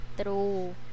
True